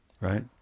Right